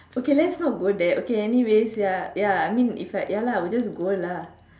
okay let's not go there okay anyways ya ya I mean if I ya lah I would just go lah